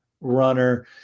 runner